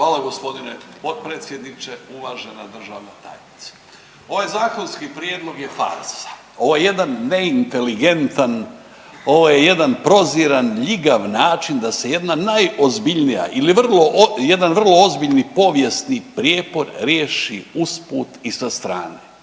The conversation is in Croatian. Hvala g. potpredsjedniče, uvaženi državna tajnice. Ovaj zakonski prijedlog je farsa, ovaj jedan neinteligentan, ovo je jedan proziran, ljigav način da se jedna najozbiljnija ili vrlo, jedan vrlo ozbiljni povijesni prijepor riješi usput i sa strane.